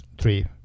three